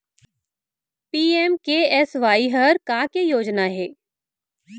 PMKSY हर का के योजना हे?